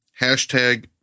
Hashtag